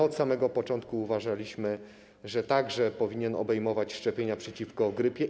Od samego początku uważaliśmy, że powinien obejmować także szczepienia przeciwko grypie.